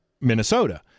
Minnesota